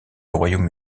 royaume